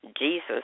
Jesus